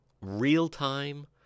real-time